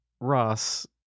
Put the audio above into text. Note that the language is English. Ross